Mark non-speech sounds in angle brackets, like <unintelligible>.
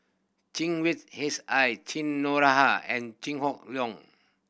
Chen Wen <unintelligible> Cheryl Noronha and Chew Hock Leong